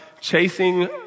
chasing